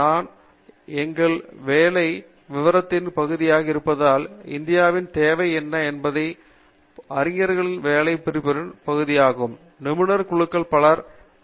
நான் எங்கள் வேலை விவரத்தின் பகுதியாக இருப்பதால் இந்தியாவின் தேவை என்ன என்பதை நினைக்கும் போது அறிஞர்களின் வேலை விவரிப்பின் பகுதியாகவும் நிபுணர் குழுக்கள் பலர் டி